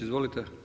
Izvolite.